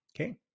okay